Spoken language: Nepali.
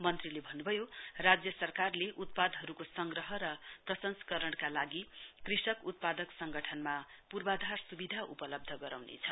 मन्त्रीले भन्नु भयो राज्य सरकारले उत्पादहरूको संग्रह र प्रसंस्करणका लागि कृषक उत्पादक संगठनमा पूर्वाधार सुविधा उपलब्ध गराउनेछ